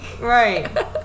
Right